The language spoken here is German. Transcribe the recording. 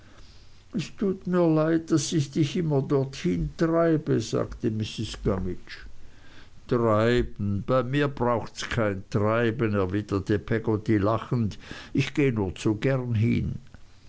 es tut mir leid daß ich dich immer dorthin treibe sagte mrs gummidge treiben bei mir brauchts kein treiben erwiderte peggotty lachend ich geh nur zu gern hin